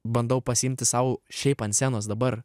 bandau pasiimti sau šiaip ant scenos dabar